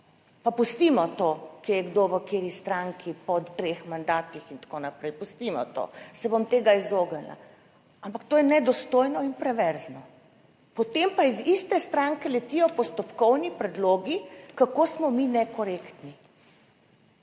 pa pustimo to kje je kdo v kateri stranki po treh mandatih in tako naprej, pustimo to, se bom tega izognila, ampak to je nedostojno in perverzno. Potem pa iz iste stranke letijo postopkovni predlogi, kako smo mi nekorektni.